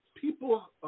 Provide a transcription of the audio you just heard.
people